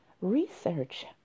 Research